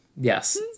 Yes